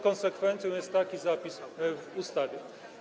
Konsekwencją jest taki zapis w ustawie,